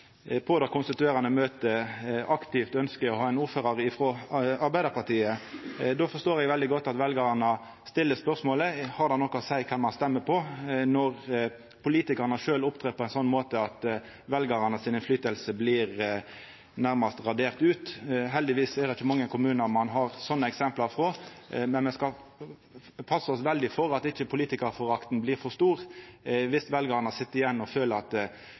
på det konstituerande møtet aktivt ønskjer å ha ein ordførar frå Arbeidarpartiet. Då forstår eg veldig godt at veljarane stiller spørsmålet om det har noko å seia kven ein stemmer på, når politikarane sjølve opptrer på ein sånn måte at innverknaden til veljarane nærmast blir radert ut. Heldigvis er det ikkje mange kommunar ein har slike eksempel frå, men me skal passa oss veldig for at ikkje politikarforakta blir for stor viss veljarane sit igjen og føler at det ikkje betyr noko kven ein stemmer på. Eg trur det